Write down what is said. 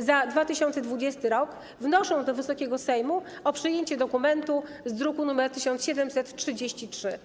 za 2020 r. wnoszą do Wysokiego Sejmu o przyjęcie dokumentu z druku nr 1733.